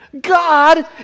God